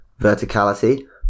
verticality